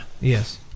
Yes